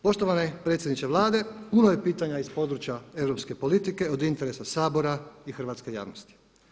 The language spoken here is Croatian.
Poštovani predsjedniče Vlade puno je pitanja iz područja europske politike od interesa Sabora i hrvatske javnosti.